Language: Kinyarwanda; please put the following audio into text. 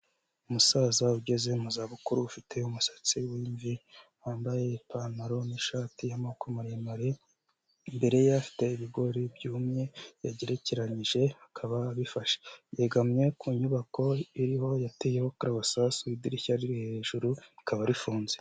Umusaza ugeze mu zabukuru ufite umusatsi w'imvi, wambaye ipantaro n'ishati y'amako maremare, imbere yari afite ibigori byumye yagerekeranyije, akaba abifashe yegamye ku nyubako iriho yateyeho karabasasa idirishya riri hejuru rikaba rifunze.